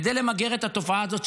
כדי למגר את התופעה הזאת,